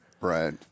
Right